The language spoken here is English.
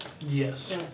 Yes